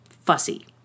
fussy